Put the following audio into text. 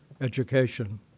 education